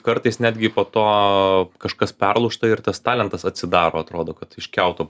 kartais netgi po to kažkas perlūžta ir tas talentas atsidaro atrodo kad iš kiauto